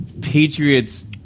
Patriots